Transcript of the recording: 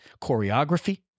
choreography